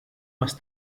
más